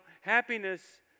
happiness